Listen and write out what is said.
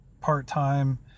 part-time